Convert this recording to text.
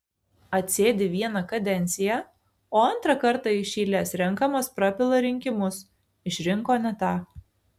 atsėdi vieną kadenciją o antrą kartą iš eilės renkamas prapila rinkimus išrinko ne tą